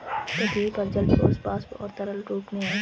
पृथ्वी पर जल ठोस, वाष्प और तरल रूप में है